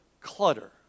clutter